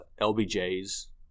LBJ's